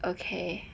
okay